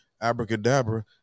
abracadabra